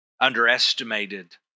underestimated